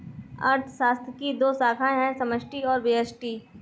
अर्थशास्त्र की दो शाखाए है समष्टि और व्यष्टि